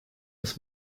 das